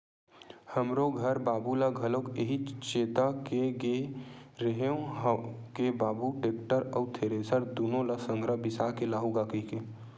हमरो घर बाबू ल घलोक इहीं चेता के गे रेहे हंव के बाबू टेक्टर अउ थेरेसर दुनो ल संघरा बिसा के लाहूँ गा कहिके